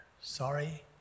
sorry